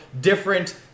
different